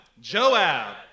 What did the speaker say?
Joab